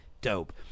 dope